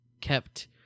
kept